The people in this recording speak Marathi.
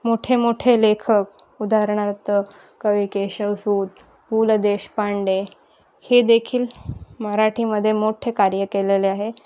मोठे मोठे लेखक उदाहरणार्थ कवी केशवसुत पु ल देशपांडे हे देखील मराठीमध्ये मोठे कार्य केलेले आहे